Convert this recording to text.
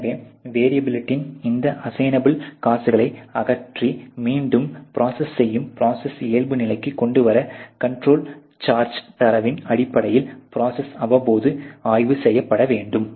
எனவே வெரியபிளிட்டின் இந்த அசையின் அப்பள் காஸ்களை அகற்றி மீண்டும் ப்ரோசஸ் செய்யவும் ப்ரோசஸை இயல்பு நிலைக்கு கொண்டு வர கண்ட்ரோல் சார்ஜ்த் தரவின் அடிப்படையில் ப்ரோசஸ் அவ்வப்போது ஆய்வு செய்யப்பட வேண்டும்